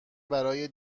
برای